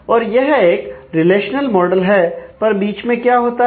तो यह एक रिलेशनल मॉडल है पर बीच में क्या होता है